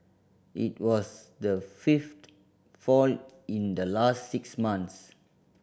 it was the fifth fall in the last six months